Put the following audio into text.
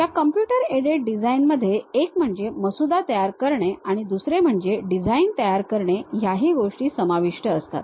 या computer aided डिझाइनमध्ये एक म्हणजे मसुदा तयार करणे आणि दुसरे म्हणजे डिझाइन तयार करणे ह्यागोष्टी समाविष्ट असतात